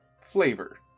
Flavor